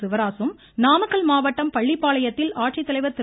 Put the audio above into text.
சிவராசும் நாமக்கல் மாவட்டம் பள்ளிப்பாளையத்தில் ஆட்சித்தலைவர் திரு